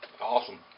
awesome